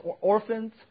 orphans